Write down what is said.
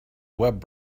web